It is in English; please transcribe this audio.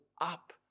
up